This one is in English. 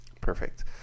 Perfect